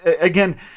Again